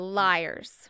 liars